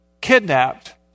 kidnapped